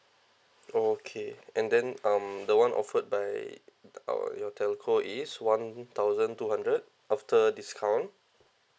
okay and then the one offered by our your telco is one thousand two hundred after discount